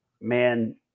man